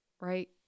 right